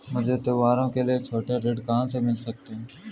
मुझे त्योहारों के लिए छोटे ऋण कहाँ से मिल सकते हैं?